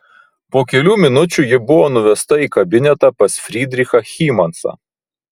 po kelių minučių ji buvo nuvesta į kabinetą pas frydrichą hymansą